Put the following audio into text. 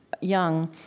young